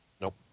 Nope